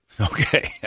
Okay